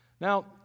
Now